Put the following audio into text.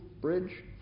Bridge